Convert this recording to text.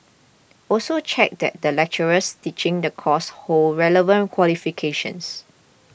also check that the lecturers teaching the course hold relevant qualifications